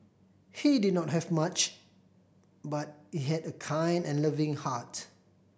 he did not have much but he had a kind and loving heart